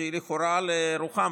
שהיא לכאורה לרוחם,